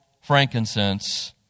frankincense